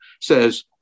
says